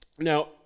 Now